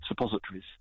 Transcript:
suppositories